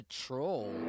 troll